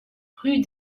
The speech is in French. rue